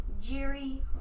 Jerry